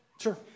Sure